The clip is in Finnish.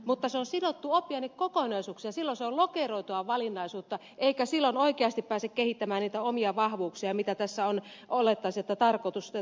mutta se on sidottu oppiainekokonaisuuksiin ja silloin se on lokeroitua valinnaisuutta eikä silloin oikeasti pääse kehittämään niitä omia vahvuuksiaan mitä tässä olettaisi että on tarkoitettu